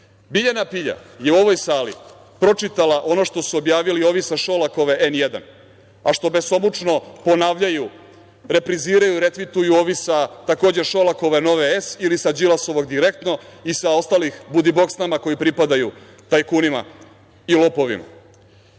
Biljana Pilja je u ovoj sali pročitala ono što su objavili ovi sa Šolakove N1, a što besomučno ponavljaju, repriziraju, retvituju ovi sa takođe Šolakove i Nove S ili sa Đilasovog „Direktno“ i sa ostalih budi bog s nama koji pripadaju tajkunima i lopovima.